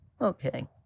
Okay